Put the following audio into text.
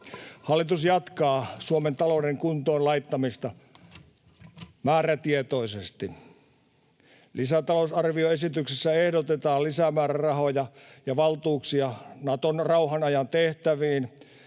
Hallitus jatkaa Suomen talouden kuntoon laittamista määrätietoisesti. Lisätalousarvioesityksessä ehdotetaan lisämäärärahoja ja valtuuksia Naton rauhanajan tehtäviin